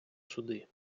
суди